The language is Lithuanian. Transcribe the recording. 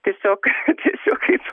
tiesiog tiesiog kaip